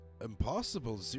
impossible